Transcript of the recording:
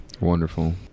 Wonderful